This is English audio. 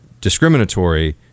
discriminatory